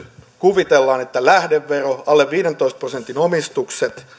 kuvitellaan että on lähdevero alle viidentoista prosentin omistukset